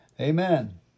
Amen